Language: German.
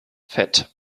fett